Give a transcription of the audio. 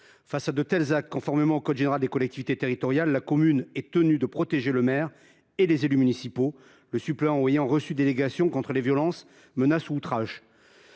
Face à de tels actes, conformément au code général des collectivités territoriales, « la commune est tenue de protéger le maire ou les élus municipaux le suppléant ou ayant reçu délégation contre les violences, menaces ou outrages